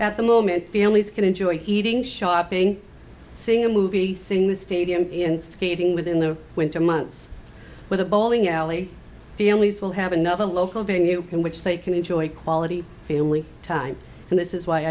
at the moment families can enjoy eating shopping seeing a movie seeing the stadium and skating within the winter months with a bowling alley families will have another local venue in which they can enjoy a quality family time and this is why